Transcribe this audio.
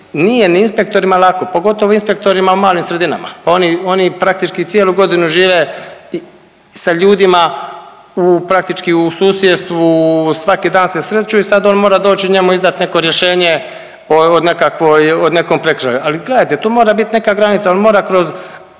nije ni inspektorima lako, pogotovo inspektorima u malim sredinama. Oni praktički cijelu godinu žive sa ljudima u praktički u susjedstvu, svaki dan se sreću i sad on mora doći njemu izdati neko rješenje o nekakvoj, o nekom prekršaju. Ali gledajte to mora biti neka granica, on mora kroz